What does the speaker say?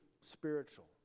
spiritual